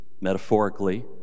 metaphorically